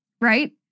right